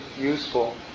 useful